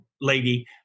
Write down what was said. lady